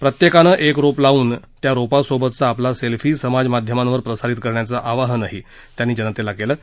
प्रत्येकानं एक रोप लावून त्या रोपासोबतचा आपला सेल्फी समाजमाध्यमांवर प्रसारित करण्याचं आवाहन त्यांनी जनतेला केलं आहे